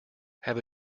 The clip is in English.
have